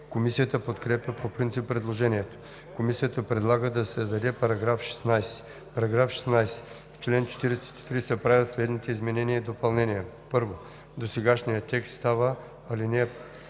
Комисията подкрепя по принцип предложението. Комисията предлага да се създаде § 16: „§ 16. В чл. 43 се правят следните изменения и допълнения: 1. Досегашният текст става ал.